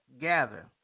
gather